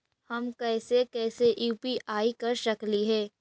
हम कैसे कैसे यु.पी.आई कर सकली हे?